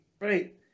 Right